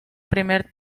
primer